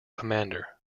commander